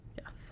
yes